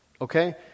Okay